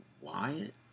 Wyatt